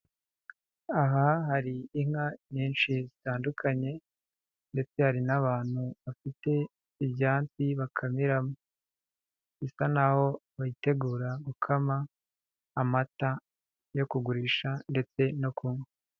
Aha hari inka nyinshi zitandukanye ndetse hari n'abantu bafite ibyansi bakamiramo, bisa naho bitegura gukama amata yo kugurisha ndetse no kunywa.